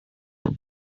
have